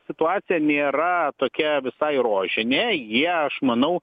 situacija nėra tokia visai rožinė jie aš manau